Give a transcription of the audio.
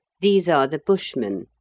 these are the bushmen,